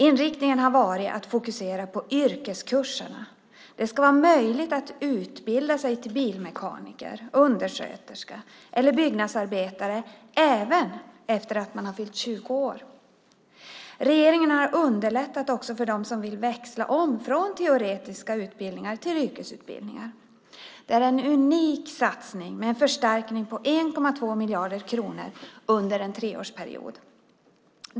Inriktningen har varit att fokusera på yrkeskurserna. Det ska vara möjligt att utbilda sig till bilmekaniker, undersköterska eller byggnadsarbetare även efter att man har fyllt 20 år. Regeringen har också underlättat för dem som vill växla från teoretiska utbildningar till yrkesutbildningar. Det är en unik satsning med en förstärkning på 1,2 miljarder kronor under en treårsperiod.